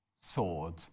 sword